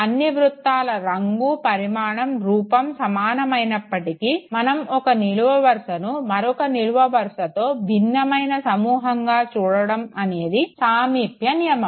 అన్నీ వృత్తాలలో రంగు పరిమాణం రూపం సమానమైనప్పటికీ మనం ఒక నిలువు వరుసను మరొక నిలువు వరుసతో భిన్నమైన సమూహంగా చూడడం అనేది సామీప్య నియమం